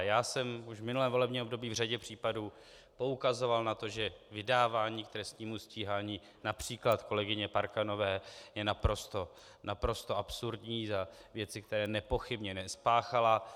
Já jsem v minulém volebním období v řadě případů poukazoval na to, že vydávání k trestnímu stíhání například kolegyně Parkanové je naprosto absurdní za věci, které nepochybně nespáchala.